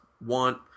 want